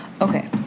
Okay